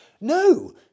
No